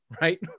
Right